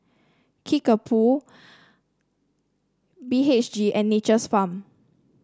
Kickapoo B H G and Nature's Farm